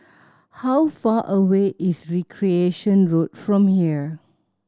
how far away is Recreation Road from here